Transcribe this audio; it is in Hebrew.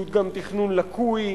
שהוא גם תכנון לקוי,